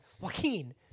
Joaquin